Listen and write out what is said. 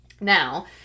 Now